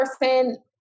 person